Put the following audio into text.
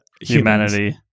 humanity